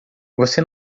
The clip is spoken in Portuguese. você